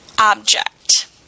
object